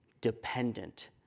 dependent